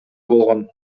болгон